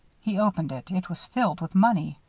he opened it. it was filled with money.